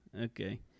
Okay